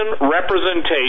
representation